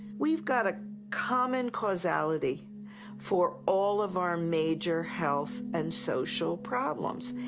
we've got a common causality for all of our major health and social problems,